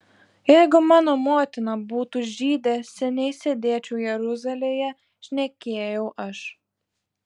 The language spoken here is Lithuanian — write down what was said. jeigu mano motina būtų žydė seniai sėdėčiau jeruzalėje šnekėjau aš